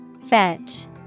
Fetch